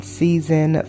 season